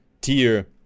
tier